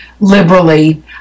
liberally